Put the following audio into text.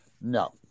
No